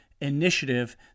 initiative